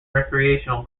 recreation